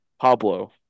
Pablo